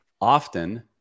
often